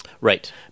Right